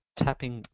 tapping